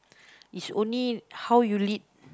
is only how you lead